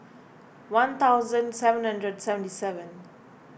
one thousand seven hundred and seventy seven